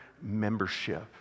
membership